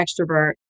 extrovert